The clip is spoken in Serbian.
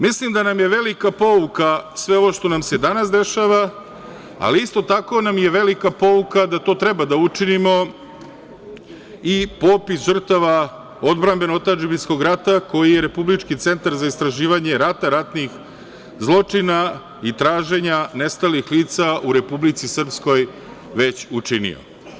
Mislim da nam je velika pouka sve ovo što nam se danas dešava, ali isto tako nam je velika pouka da to treba da učinimo, kao i popis žrtava Odbrambeno-otadžbinskog rata koji je Republički centar za istraživanje rata, ratnih zločina i traženja nestalih lica u Republici Srpskoj već učinio.